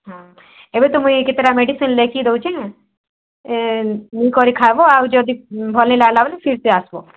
ହଁ ଏବେ ତ ମୁଇଁ କେତେଟା ମେଡ଼ିସିନ୍ ଲେଖି ଦେଉଛେଁ ଏଁ ମୁ କରି ଖାବୋ ଆଉ ଯଦି ଭଲ୍ ନାଇଁ ଲାଗବ୍ ଫିର୍ସେ ଆସବୋ